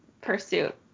Pursuit